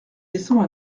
descend